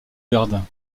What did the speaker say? verdun